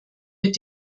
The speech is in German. mit